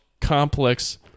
complex